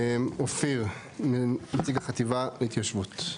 אופיר, נציג חטיבת ההתיישבות.